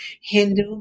Hindu